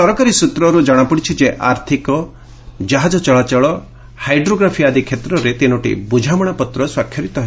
ସରକାରୀ ସୂତ୍ରରୁ ଜଣାପଡ଼ିଛି ଯେ ଆର୍ଥିକ ଜାହାଜ ଚଳାଚଳ ହାଇଡ୍ରୋଗ୍ରାଫି ଆଦି ଷ୍ଟେତ୍ରରେ ତିନୋଟି ବୁଝାମଣାପତ୍ର ସ୍ୱାକ୍ଷରିତ ହେବ